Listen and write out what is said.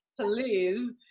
please